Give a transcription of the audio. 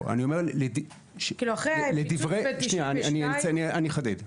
לא, אני אחדד.